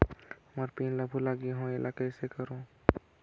मोर pin ला भुला गे हो एला कइसे करो?